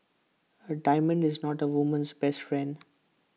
A diamond is not A woman's best friend